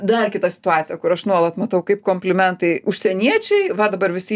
dar kita situacija kur aš nuolat matau kaip komplimentai užsieniečiai va dabar visi